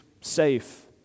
safe